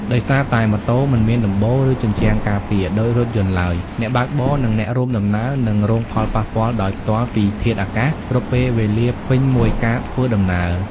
ដោយសារតែម៉ូតូ មិនមានដំបូល ឬជញ្ជាំងការពារ ដូចរថយន្តឡើយ អ្នកបើកបរ និងអ្នករួមដំណើរនឹង រងផលប៉ះពាល់ដោយផ្ទាល់ពីធាតុអាកាស គ្រប់ពេលវេលាពេញមួយការធ្វើដំណើរ។